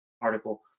article